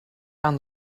aan